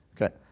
Okay